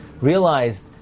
realized